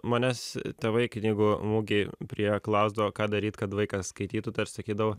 manęs tėvai knygų mugėj prie klausdavo ką daryt kad vaikas skaitytų tai aš sakydavau